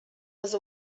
was